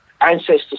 ancestors